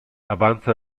avanza